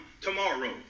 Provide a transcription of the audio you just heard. tomorrow